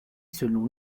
selon